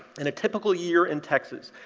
in a typical year in texas,